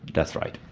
that's right.